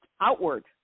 outward